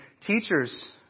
teachers